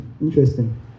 Interesting